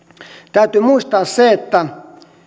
täytyy muistaa se että